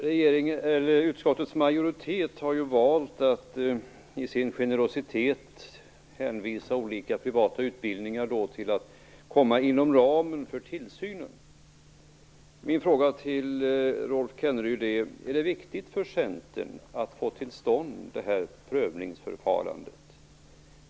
Herr talman! Utskottets majoritet har valt att i sin generositet hänskjuta olika privata utbildningar till att komma inom ramen för tillsynen. Min fråga till Rolf Kenneryd är: Är det viktigt för Centern att få till stånd det här prövningsförfarandet?